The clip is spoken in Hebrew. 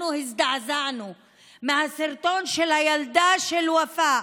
אנחנו הזדעזענו מהסרטון של הילדה של ופא,